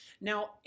Now